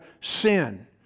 sin